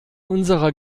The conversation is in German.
unserer